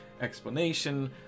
explanation